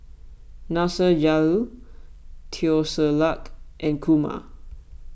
Nasir Jalil Teo Ser Luck and Kumar